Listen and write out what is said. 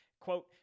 Quote